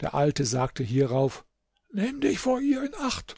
der alte sagte hierauf nimm dich vor ihr in acht